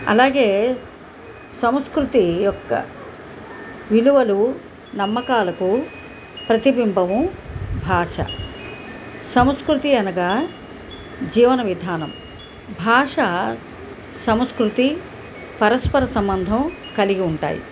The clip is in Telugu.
అలాగే సంస్కృతి యొక్క విలువలు నమ్మకాలకు ప్రతిబింబము భాష సంస్కృతి అనగా జీవన విధానం భాష సంస్కృతి పరస్పర సంబంధం కలిగి ఉంటాయి